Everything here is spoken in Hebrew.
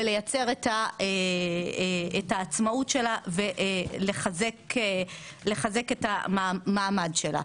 לייצר את העצמאות ולחזק את המעמד של הכנסת.